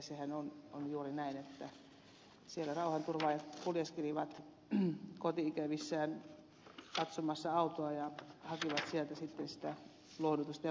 sehän on juuri näin että siellä rauhanturvaajat kuljeskelivat koti ikävissään katsomassa autoa ja hakivat sieltä sitten sitä lohdutusta ja motivaatiota